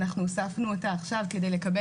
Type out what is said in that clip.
אנחנו הוספנו אותה עכשיו כדי לקבל